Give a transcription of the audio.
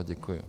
Děkuji.